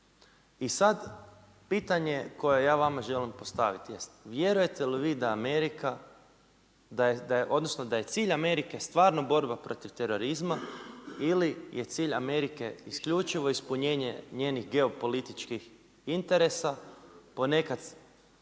I sad pitanje koje ja vama želim postaviti jest, vjerujete li vi da Amerika, da je cilj Amerike, stvarno borba protiv terorizma ili je cilj Amerike isključivo ispunjenje njenih geopolitičkih interesa, ponekad